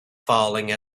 falling